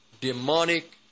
demonic